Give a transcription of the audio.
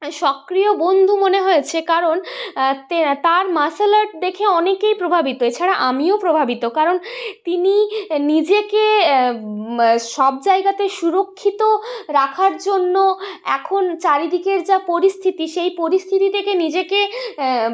সক্রিয় বন্ধু মনে হয়েছে কারণ তে তাঁর মার্শাল আর্ট দেখে অনেকেই প্রভাবিত এছাড়া আমিও প্রভাবিত কারণ তিনি নিজেকে সব জায়গাতে সুরক্ষিত রাখার জন্য এখন চারিদিকের যা পরিস্থিতি সেই পরিস্থিতি থেকে নিজেকে